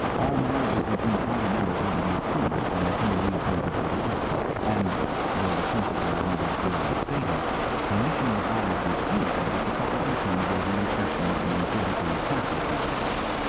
all marriages between party members had to be approved by a committee appointed for the purpose, and though the principle was never clearly stated permission was always refused if the couple concerned gave the impression of being physically attracted to one another.